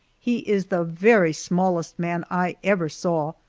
he is the very smallest man i ever saw,